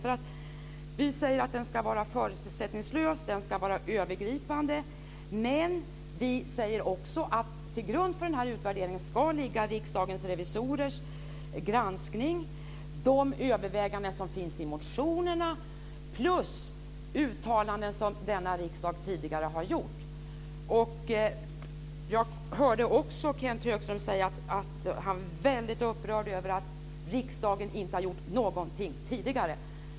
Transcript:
Vi säger att utvärderingen ska vara förutsättningslös, övergripande, men vi säger också att till grund för för utvärderingen ska ligga Riksdagens revisorers granskning, de överväganden som finns i motionerna plus uttalanden som denna riksdag tidigare har gjort. Jag hörde också Kenth Högström säga att han var väldigt upprörd över att riksdagen inte har gjort någonting tidigare.